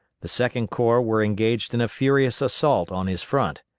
the second corps were engaged in a furious assault on his front.